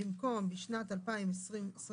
במקום "בשנת 2021"